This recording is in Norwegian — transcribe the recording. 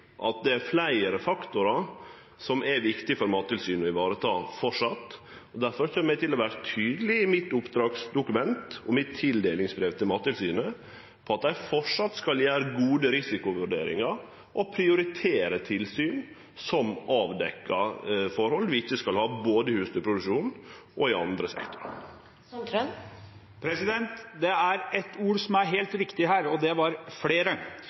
at det er fleire faktorar som framleis er viktige for Mattilsynet å vareta. Difor kjem eg til å vere tydeleg i mitt oppdragsdokument og tildelingsbrev til Mattilsynet på at dei framleis skal gjere gode risikovurderingar og prioritere tilsyn som avdekkjer forhold vi ikkje skal ha, m.a. i husdyrproduksjonen. Det er ett ord som er helt riktig her, og det